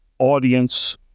audience